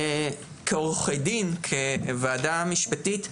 כעורכי דין בוועדה המשפטית,